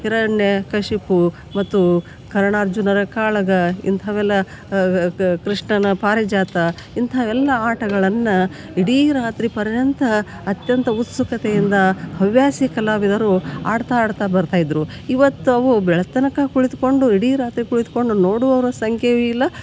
ಹಿರಣ್ಯಕಶಿಪು ಮತ್ತು ಕರ್ಣಾರ್ಜುನರ ಕಾಳಗ ಇಂಥವೆಲ್ಲ ಕೃಷ್ಣನ ಪಾರಿಜಾತ ಇಂಥವೆಲ್ಲ ಆಟಗಳನ್ನು ಇಡೀ ರಾತ್ರಿ ಪರ್ಯಂತ ಅತ್ಯಂತ ಉತ್ಸುಕತೆಯಿಂದ ಹವ್ಯಾಸಿ ಕಲಾವಿದರು ಆಡ್ತಾ ಆಡ್ತಾ ಬರ್ತಾಯಿದ್ದರು ಇವತ್ತು ಅವು ಬೆಳ್ತನಕ ಕುಳಿತ್ಕೊಂಡು ಇಡೀ ರಾತ್ರಿ ಕುಳಿತ್ಕೊಂಡು ನೋಡುವವರ ಸಂಖ್ಯೆಯು ಇಲ್ಲ